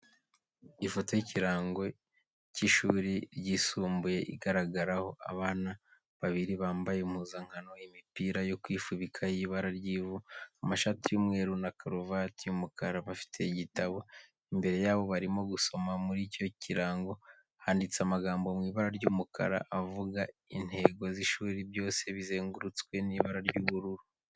Ifoto y'ikirango cy'ishuri ryisumbuye igaragaraho abana babiri bambaye impuzankano imipira yo kwifubika y'ibara ry'ivu, amashati y'umweru na karuvati y'umukara, bafite igitabo, imbere yabo barimo gusoma, muri icyo kirango handitse amagambo mu ibara ry'umukara avuga intego z'ishuri, byose bizengurutswe n'ibara ry'ubururu.